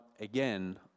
again